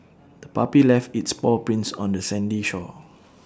the puppy left its paw prints on the sandy shore